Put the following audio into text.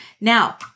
Now